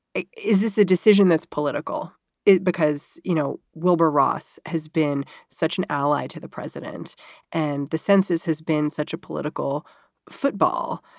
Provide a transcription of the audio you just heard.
is this a decision that's political it because, you know, wilbur ross has been such an ally to the president and the census has been such a political football.